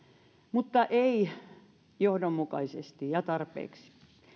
mutta ei johdonmukaisesti ja tarpeeksi